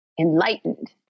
enlightened